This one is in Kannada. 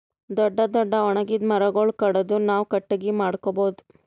ದೊಡ್ಡ್ ದೊಡ್ಡ್ ಒಣಗಿದ್ ಮರಗೊಳ್ ಕಡದು ನಾವ್ ಕಟ್ಟಗಿ ಮಾಡ್ಕೊಬಹುದ್